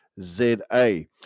Z-A